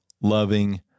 loving